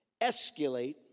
escalate